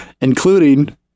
including